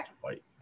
white